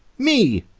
me,